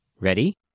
Ready